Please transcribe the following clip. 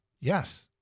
Yes